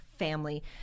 family